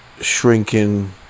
shrinking